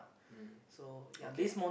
mm okay